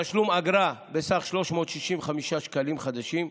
תשלום אגרה בסך 365 שקלים חדשים.